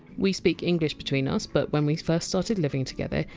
we speak english between us, but, when we first started living together,